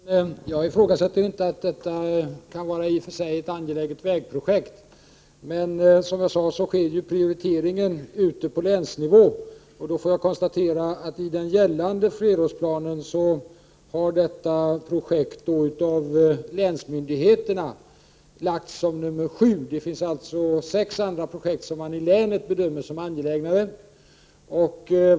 Herr talman! Jag ifrågasätter inte att det vägprojekt som frågan avser kan vara i och för sig angeläget. Men som jag sade sker prioriteringen på länsnivå, och jag konstaterar då att i den gällande flerårsplanen har detta projekt av länsmyndigheterna lagts som nummer sju. Det finns alltså sex andra projekt som man i länet bedömer som angelägnare.